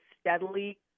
steadily